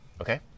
Okay